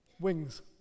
Wings